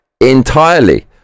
entirely